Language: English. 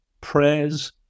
prayers